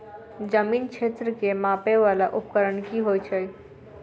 जमीन क्षेत्र केँ मापय वला उपकरण की होइत अछि?